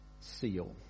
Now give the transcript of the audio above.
seal